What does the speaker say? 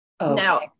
now